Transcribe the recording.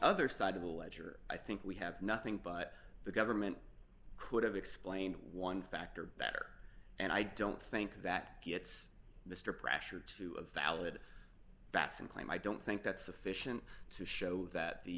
other side of the ledger i think we have nothing but the government could have explained one factor better and i don't think that gets mr prasher to a valid batson claim i don't think that's sufficient to show that the